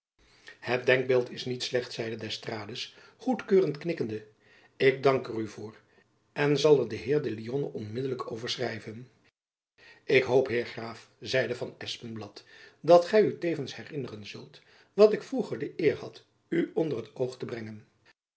het denkbeeld is niet slecht zeide d'estrades goedkeurend knikkende ik dank er u voor en zal er den heer de lionne onmiddelijk over schrijven ik hoop heer graaf zeide van espenblad dat gy u tevens herinneren zult wat ik vroeger de eer had u onder het oog te brengen